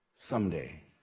Someday